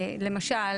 למשל,